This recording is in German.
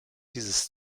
dieses